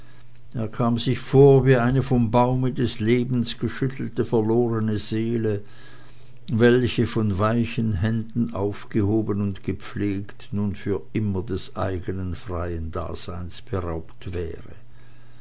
er kam sich vor wie eine vom baume des lebens geschüttelte verlorene seele welche von weichen händen aufgehoben und gepflegt nun für immer des eigenen freien daseins beraubt wäre